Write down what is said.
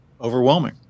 overwhelming